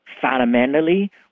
fundamentally